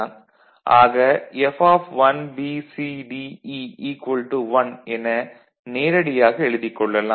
ஆக F1BCDE 1 என நேரடியாக எழுதிக் கொள்ளலாம்